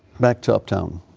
back to uptown.